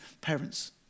parents